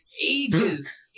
ages